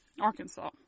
Arkansas